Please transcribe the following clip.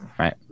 Right